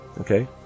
Okay